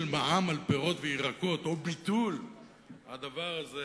מע"מ על פירות וירקות או ביטול הדבר הזה,